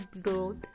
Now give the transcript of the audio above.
growth